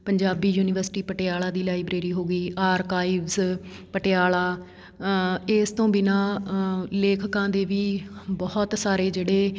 Punjabi university Patiala ਦੀ library ਹੋ ਗਈ ਆਰਕਾਈਵਸ ਪਟਿਆਲਾ ਇਸ ਤੋਂ ਬਿਨਾਂ ਲੇਖਕਾਂ ਦੇ ਵੀ ਬਹੁਤ ਸਾਰੇ ਜਿਹੜੇ